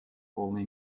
полной